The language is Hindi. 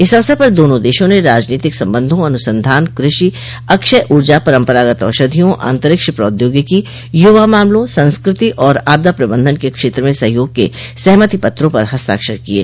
इस अवसर पर दोनों देशों ने राजनीतिक संबंधों अनुसंधान कृषि अक्षय ऊर्जा परम्परागत औषधियों अंतरिक्ष प्रौद्योगिकी युवा मामलों संस्कृति और आपदा प्रबंधन के क्षेत्र म सहयोग के सहमति पत्रों पर हस्ताक्षर किये